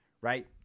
right